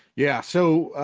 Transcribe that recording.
yeah, so